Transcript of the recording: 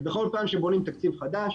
ובכל פעם שבונים תקציב חדש,